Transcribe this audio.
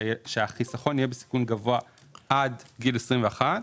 שהחיסכון יהיה בסיכון גבוה עד לגיל 21,